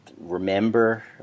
Remember